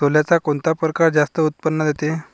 सोल्याचा कोनता परकार जास्त उत्पन्न देते?